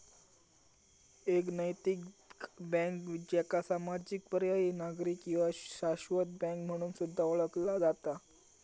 एक नैतिक बँक, ज्याका सामाजिक, पर्यायी, नागरी किंवा शाश्वत बँक म्हणून सुद्धा ओळखला जाता